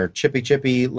chippy-chippy